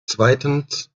zweitens